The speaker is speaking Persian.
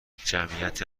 جمعیت